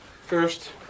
First